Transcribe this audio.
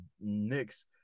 Knicks